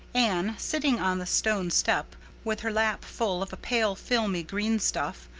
anne, sitting on the stone step with her lap full of a pale, filmy, green stuff,